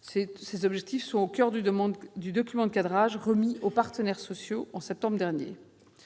Ces objectifs sont au coeur du document de cadrage remis aux partenaires sociaux en septembre dernier.